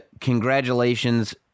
congratulations